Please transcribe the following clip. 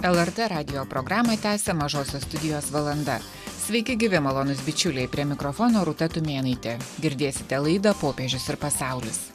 lrt radijo programą tęsia mažosios studijos valanda sveiki gyvi malonūs bičiuliai prie mikrofono rūta tumėnaitė girdėsite laidą popiežius ir pasaulis